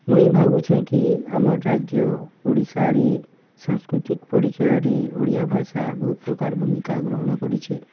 ମୁଇଁ ଭାବୁଛେ କି ଆମର୍ ରାଜ୍ୟ ଓଡ଼ିଶାରେ ସାଂସ୍କୃତିକ ପରିଚୟରେ ଓଡ଼ିଆ ଭାଷା ବହୁତ ପ୍ରକାର ଭୂମିକା ଗ୍ରହଣ କରିଛେ